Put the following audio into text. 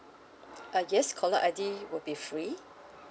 uh yes caller I_D will be free